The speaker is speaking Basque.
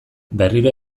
berriro